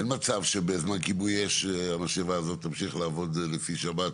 אין מצב שבזמן כיבוי אש המשאבה הזאת תמשיך לעבוד לפי השבת.